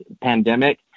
pandemic